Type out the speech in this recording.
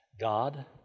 God